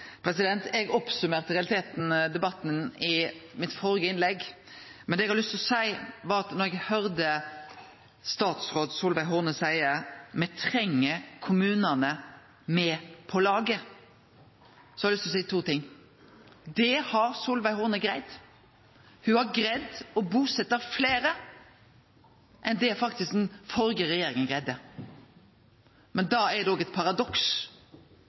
Eg summerte i realiteten opp debatten i mitt førre innlegg, men da eg høyrde statsråd Solveig Horne seie at me treng kommunane med på laget, hadde eg lyst til seie to ting. Det har Solveig Horne greidd – ho har greidd å busetje fleire enn det den førre regjeringa faktisk greidde. Men da er det òg eit paradoks